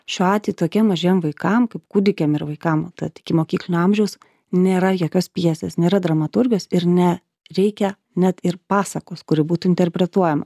šiuo atveju tokiem mažiem vaikam kaip kūdikiam ir vaikam tad ikimokyklinio amžiaus nėra jokios pjesės nėra dramaturgijos ir ne reikia net ir pasakos kuri būtų interpretuojama